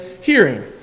hearing